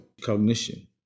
cognition